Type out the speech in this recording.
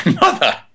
mother